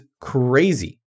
crazy